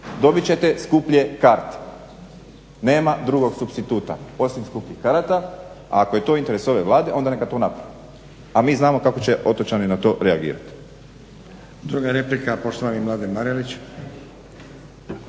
dobit ćete skuplje karte. Nema drugog supstituta osim skupljih karata, a ako je to interes ove Vlade onda neka to napravi, a mi znamo kako će otočani na to reagirati.